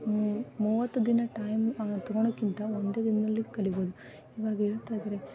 ಮೂ ಮೂವತ್ತು ದಿನ ಟೈಮ್ ತೊಗೊಳೋಕ್ಕಿಂತ ಒಂದೇ ದಿನದಲ್ಲಿ ಕಲಿಬೋದು ಇವಾಗ ಹೇಳ್ತ ಇದ್ದಾರೆ